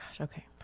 Okay